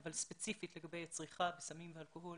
אבל ספציפית לגבי צריכת סמים ואלכוהול,